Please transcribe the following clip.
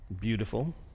beautiful